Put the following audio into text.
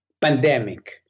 pandemic